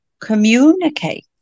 communicate